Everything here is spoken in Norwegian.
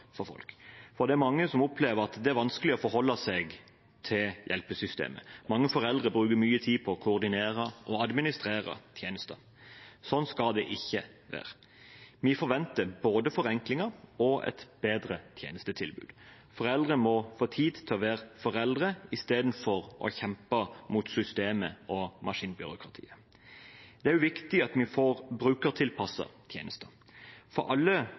for folk. Det er mange som opplever at det er vanskelig å forholde seg til hjelpesystemet. Mange foreldre bruker mye tid på å koordinere og administrere tjenester. Slik skal det ikke være. Vi forventer både forenklinger og et bedre tjenestetilbud. Foreldre må få tid til å være foreldre istedenfor å måtte kjempe mot systemet og maskinbyråkratiet. Det er også viktig at vi får brukertilpassede tjenester. Alle